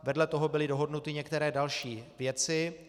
Vedle toho byly dohodnuty některé další věci.